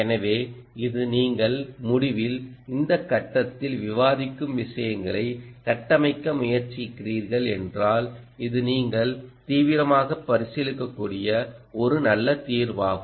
எனவே இது நீங்கள் முடிவில் இந்த கட்டத்தில் விவாதிக்கும் விஷயங்களை கட்டமைக்க முயற்சிக்கிறீர்கள் என்றால் இது நீங்கள் தீவிரமாக பரிசீலிக்கக் கூடிய ஒரு நல்ல தீர்வாகும்